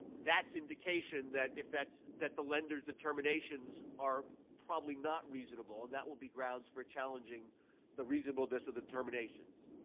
that's indication that if that's that the lenders' determinations are probably not reasonable, and that will be grounds for challenging the reasonableness of the determinations.